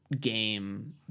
game